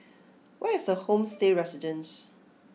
where is Homestay Residences